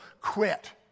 quit